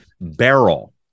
barrel